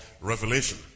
Revelation